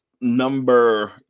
number